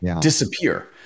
disappear